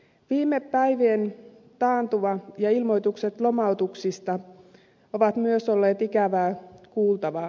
viime päivien taantuma ja ilmoitukset lomautuksista ovat myös olleet ikävää kuultavaa